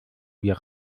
wir